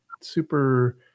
super